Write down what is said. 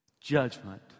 judgment